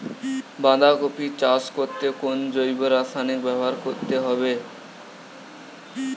বাঁধাকপি চাষ করতে কোন জৈব রাসায়নিক ব্যবহার করতে হবে?